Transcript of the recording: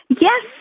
Yes